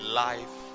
life